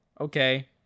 okay